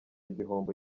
igihombo